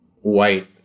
white